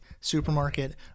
supermarket